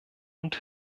und